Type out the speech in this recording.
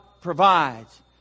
provides